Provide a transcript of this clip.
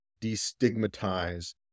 destigmatize